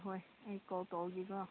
ꯍꯣꯏ ꯑꯩ ꯀꯣꯜ ꯇꯧꯒꯦꯀꯣ